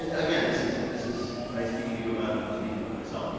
and again, this is this is by speaking to you about it i'm speaking about myself,